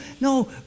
no